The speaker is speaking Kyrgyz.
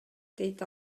дейт